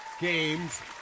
games